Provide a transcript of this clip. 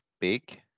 big